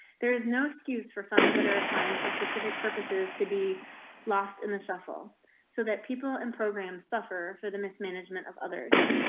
there is no excuse for funds that are assigned for specific purposes to be lost in the shuffle so that people in program suffer for the mismanagement of others.